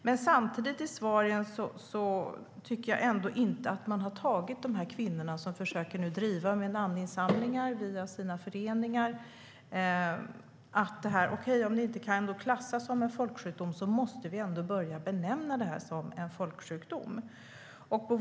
Men samtidigt tycker jag att svaret visar att man inte har tagit de här kvinnorna som försöker driva frågan via namninsamlingar och sina föreningar på allvar. Okej, om endometrios inte kan klassas som en folksjukdom måste den ändå börja benämnas som en folksjukdom.